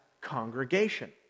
congregation